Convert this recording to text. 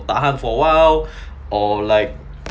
tahan for a while or like